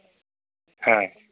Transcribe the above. ह